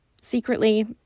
Secretly